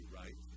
right